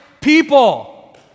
people